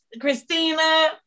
Christina